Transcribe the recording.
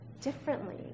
differently